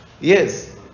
Yes